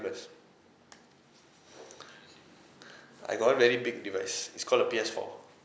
I got one very big device it's called a P_S four